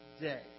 day